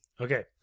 Okay